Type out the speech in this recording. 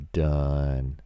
done